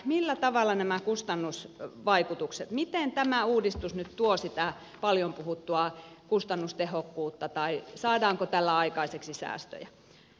millä tavalla nämä kustannus ja teistä miten tämä uudistus nyt tuo sitä paljon puhuttua kustannustehokkuutta tai saadaanko tällä aikaiseksi säästöjä